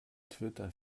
twitter